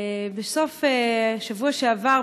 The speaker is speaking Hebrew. בסוף השבוע שעבר,